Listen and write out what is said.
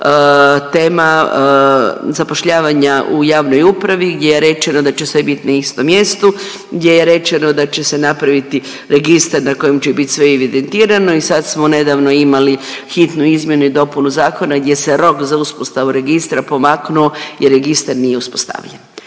tema zapošljavanja u javnoj upravi gdje je rečeno da će sve bit na istom mjestu, gdje je rečeno da će se napraviti registar na kojem će bit sve evidentirano i sad smo nedavno imali hitnu izmjenu i dopunu zakona gdje se rok za uspostavu registra pomaknuo jer registar nije uspostavljen.